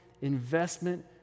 investment